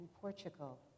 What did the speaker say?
Portugal